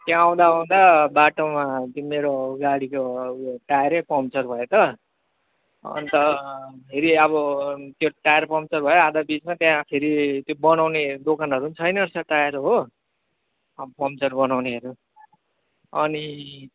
त्यहाँ आउँदा आउँदा बोटोमा त्यो मेरो गाडीको उयो टायरै पम्चर भयो त अन्त फेरि अब त्यो टायर पम्चर भयो आधा बिचमै त्यहाँ फेरि त्यो बनाउने दोकानहरू पनि छैन रहेछ टायर हो पम्चर बनाउनेहरू अनि